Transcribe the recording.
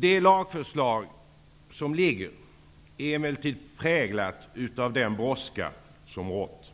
Det föreliggande lagförslaget är emellertid präglat av den brådska som har rått.